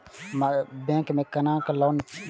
Bank में केना loan लेम?